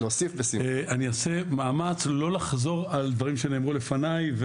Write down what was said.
אני אעשה מאמץ לא לחזור על דברים שנאמרו לפניי,